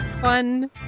fun